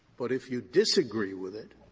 but if you disagree with it,